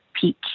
peak